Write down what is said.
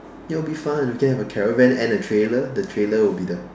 it'll be fun we can have a caravan and a trailer the trailer will be the